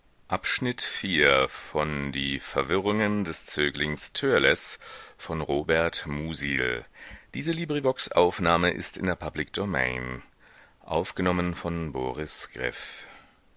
die verwirrungen des